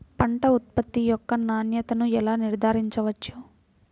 పంట ఉత్పత్తి యొక్క నాణ్యతను ఎలా నిర్ధారించవచ్చు?